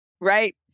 right